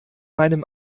meinen